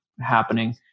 happening